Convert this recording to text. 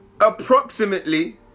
approximately